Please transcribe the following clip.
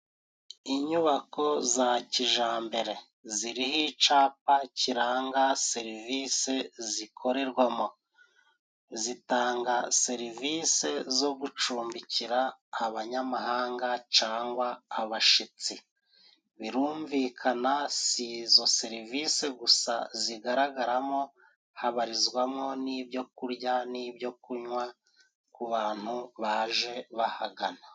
Inyubako za kijambere ziriho icapa kiranga serivisi zikorerwamo. Zitanga serivisi zo gucumbikira abanyamahanga cyangwa abashitsi, birumvikana si izo serivisi gusa zigaragaramo habarizwamo n'ibyokurya n'ibyokunywa ku bantu baje bahagana.